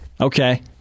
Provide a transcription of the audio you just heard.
Okay